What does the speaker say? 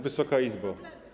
Wysoka Izbo!